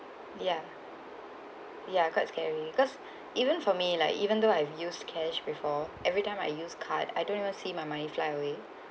ya ya quite scary because even for me like even though I've used cash before every time I use card I don't even see my money fly away